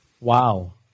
Wow